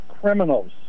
criminals